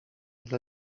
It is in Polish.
dla